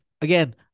again